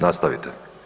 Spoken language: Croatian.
Nastavite.